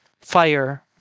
Fire